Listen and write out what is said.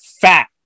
fat